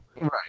Right